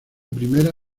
primera